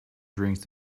drinks